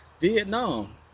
Vietnam